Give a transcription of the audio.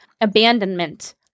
abandonment